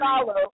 follow